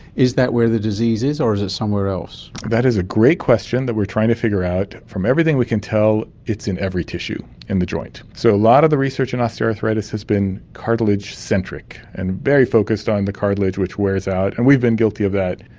is that where the disease is, or is it somewhere else? that is a great question that we are trying to figure out. from everything we can tell, it's in every tissue in the joint. so a lot of the research in osteoarthritis has been cartilage centric and very focused on the cartilage which wears out, and we have been guilty of that.